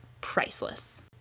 priceless